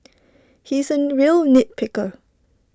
he is A real nit picker